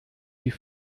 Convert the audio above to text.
die